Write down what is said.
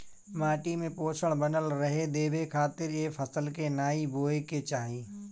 माटी में पोषण बनल रहे देवे खातिर ए फसल के नाइ बोए के चाही